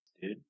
dude